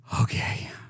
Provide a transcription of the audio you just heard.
Okay